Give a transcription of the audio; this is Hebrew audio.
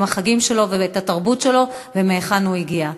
את החגים שלו ואת התרבות שלו ומהיכן הוא הגיע.